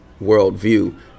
worldview